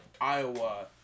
Iowa